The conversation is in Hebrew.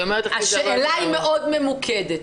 השאלה היא מאוד ממוקדת.